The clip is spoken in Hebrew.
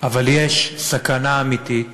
אבל יש סכנה אמיתית